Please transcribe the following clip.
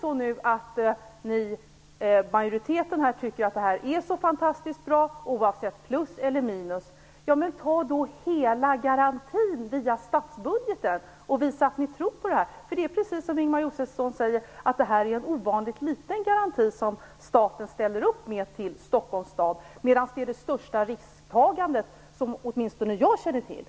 Om majoriteten nu tycker att det här är så fantastiskt bra, oavsett om det går med vinst eller förlust - ta då hela garantin via statsbudgeten och visa att ni tror på det här! Precis som Ingemar Josefsson sade är det en ovanligt liten garanti som staten här föreslås ställa upp med till Stockholms stad, samtidigt som detta är det största risktagande som i varje fall jag känner till.